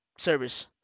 Service